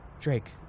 Drake